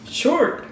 short